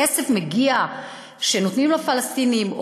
הכסף שנותנים לפלסטינים,